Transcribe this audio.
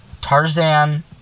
Tarzan